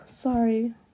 Sorry